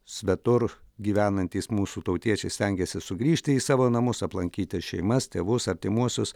svetur gyvenantys mūsų tautiečiai stengiasi sugrįžti į savo namus aplankyti šeimas tėvus artimuosius